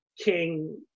king